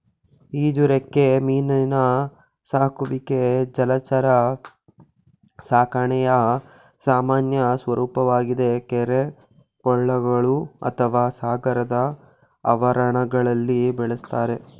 ಈಜುರೆಕ್ಕೆ ಮೀನಿನ ಸಾಕುವಿಕೆ ಜಲಚರ ಸಾಕಣೆಯ ಸಾಮಾನ್ಯ ಸ್ವರೂಪವಾಗಿದೆ ಕೆರೆ ಕೊಳಗಳು ಅಥವಾ ಸಾಗರದ ಆವರಣಗಳಲ್ಲಿ ಬೆಳೆಸ್ತಾರೆ